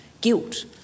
Guilt